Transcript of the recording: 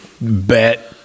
Bet